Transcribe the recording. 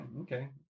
Okay